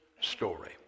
story